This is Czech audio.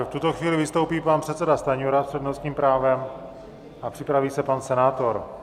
V tuto chvíli vystoupí pan předseda Stanjura s přednostním právem a připraví se pan senátor.